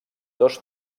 dos